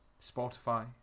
Spotify